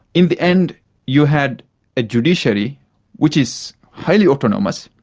in the end you had a judiciary which is highly autonomous,